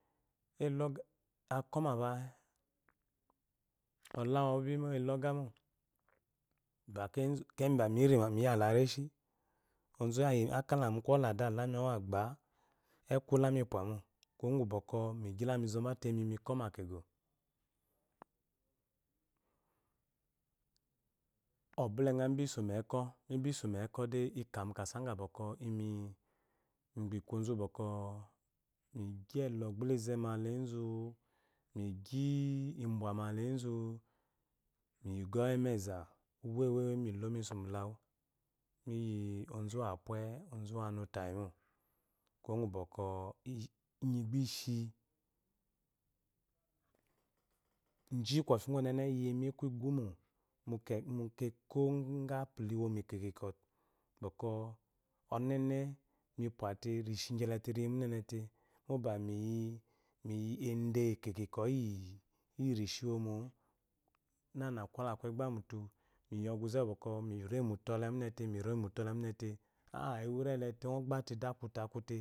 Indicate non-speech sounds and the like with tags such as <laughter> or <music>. <unintelligible> akomapa olawu awubi moelogamo akeyi niba mirima miyala reshi ouwakala mu kolade alami owu agba ekulamipwamo kuwo gu bwɔkwɔ migyilami zobiye imi miko ma kego obale nga nubi someko mibiso mekongade inkamukasa gukwɔ migbi ku ozubwɔkwɔ migyi elogbulaɔ izema lezu migyi ibwamalezu miyiugɔwuemeza umeme milomesu balawa miyi ozuwapye ozuwanu tayimo kuwo gu bwɔkwɔ inyi gba ishi ji kofi gu ɔnene iyemi meku gumo mukuko gu apula iwomo ikikwɔ bwɔkwɔ ɔnene nimwate nishi gyelete kiiyi munente ba miyi ede kikikwɔ yirishi womo nana kola ku ede mutu miyi ɔguze miremutu ɔle munete miremutu ɔle nunete aa enuele ogbate de dete akute akute